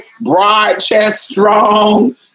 Broad-chest-strong